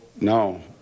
No